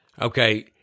Okay